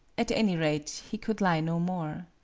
at any rate, he could lie no more.